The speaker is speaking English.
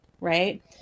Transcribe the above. right